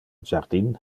jardin